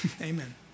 Amen